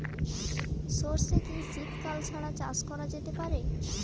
সর্ষে কি শীত কাল ছাড়া চাষ করা যেতে পারে?